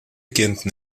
quente